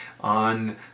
on